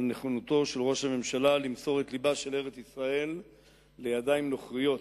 על נכונותו של ראש הממשלה למסור את לבה של ארץ-ישראל לידיים נוכריות,